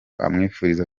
amwifuriza